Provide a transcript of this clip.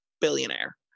billionaire